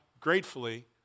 gratefully